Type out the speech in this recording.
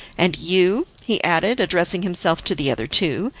and you, he added, addressing himself to the other two,